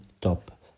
top